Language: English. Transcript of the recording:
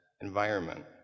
environment